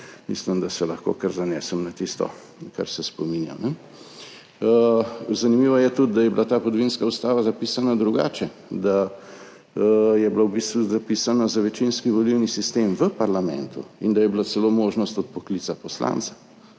mislim, da se lahko kar zanesem na tisto, kar se spominjam. Zanimivo je tudi, da je bila ta podvinska ustava zapisana drugače, da je bila v bistvu zapisana za večinski volilni sistem v parlamentu in da je bila celo možnost odpoklica poslanca